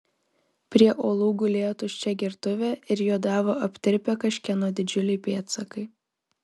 prie uolų gulėjo tuščia gertuvė ir juodavo aptirpę kažkieno didžiuliai pėdsakai